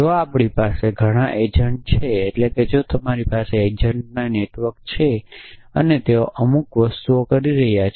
જો આપણી પાસે ઘણા એજન્ટો છે એટ્લે કે જો તમારી પાસે એજન્ટોના નેટવર્ક છે અને તેઓ અમુક વસ્તુઓ કરી રહ્યા છે